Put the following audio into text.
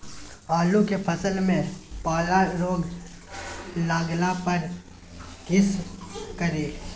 आलू के फसल मे पाला रोग लागला पर कीशकरि?